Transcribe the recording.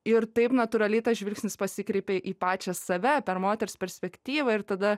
ir taip natūraliai tas žvilgsnis pasikreipė į pačią save per moters perspektyvą ir tada